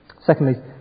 secondly